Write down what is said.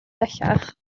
bellach